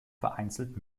vereinzelt